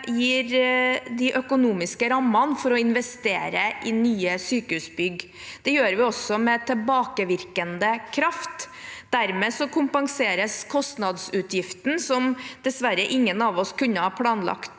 gir de økonomiske rammene for å investere i nye sykehusbygg. Det gjør vi også med tilbakevirkende kraft. Dermed kompenseres kostnadsutgiftene som ingen av oss dessverre kunne ha planlagt